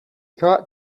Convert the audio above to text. caught